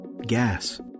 gas